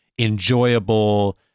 enjoyable